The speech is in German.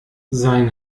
sein